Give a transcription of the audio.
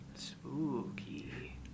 Spooky